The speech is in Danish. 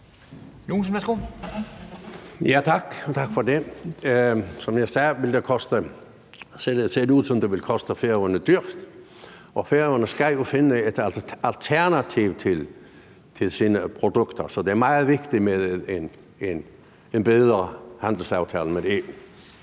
Tak for det. Som jeg sagde, ser det ud til, at det vil koste Færøerne dyrt, og Færøerne skal jo finde et alternativ til sine produkter. Så det er meget vigtigt med en bedre handelsaftale med EU.